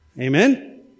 Amen